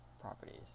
properties